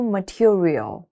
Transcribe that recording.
Material